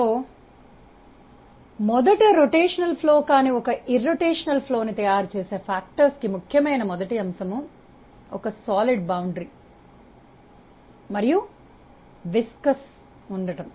so మొదట భ్రమణ ప్రవాహం కాని ప్రవాహాన్ని ఒక భ్రమణ ప్రవాహానికి తయారుచేసే కారకాల కి ముఖ్యమైన అంశం ఒక ఘన సరిహద్దు మరియు జిగట ప్రభావాలు ఉండటం